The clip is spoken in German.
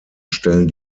stellen